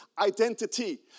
identity